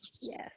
yes